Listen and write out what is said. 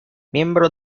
miembro